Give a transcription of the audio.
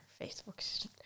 Facebook